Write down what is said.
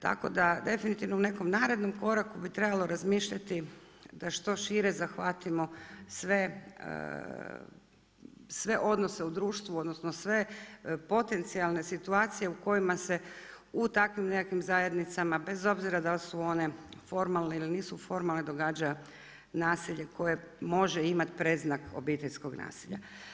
Tako da definitivno u nekom narednom koraku bi trebalo razmišljati što šire zahvatimo sve odnose u društvu, odnosno sve potencijalne situacije u kojima se u takvim nekakvim zajednicama bez obzira dal su one formalne ili nisu formalne događa nasilje koje može imati predznak obiteljskog nasilja.